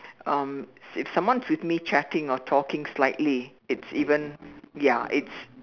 um if someone's with me chatting or talking slightly it's even ya it's